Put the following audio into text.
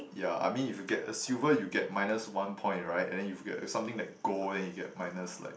yeah I mean if you get a silver you get minus one point right and then if you get something like gold then you get minus like